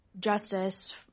justice